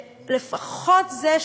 לפחות זה,